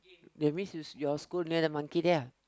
that means is your school near the monkey there ah